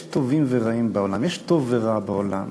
יש טובים ורעים בעולם, יש טוב ורע בעולם.